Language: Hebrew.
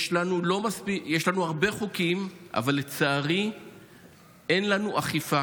יש לנו הרבה חוקים, אבל לצערי אין לנו אכיפה,